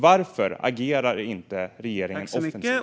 Varför agerar regeringen inte offensivt?